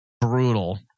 Brutal